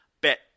Bet